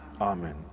Amen